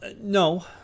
no